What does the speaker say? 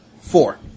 Four